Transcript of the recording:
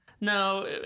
No